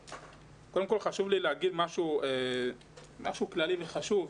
קודם כל חשוב לי להגיד משהו כללי וחשוב.